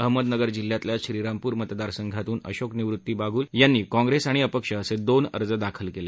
अहमदनगर जिल्ह्यातल्या श्रीरामपूर मतदारसंघातून अशोक निवृत्ती बागूल यांनी काँप्रेस आणि अपक्ष असे दोन अर्ज दाखल केले